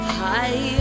high